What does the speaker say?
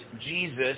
Jesus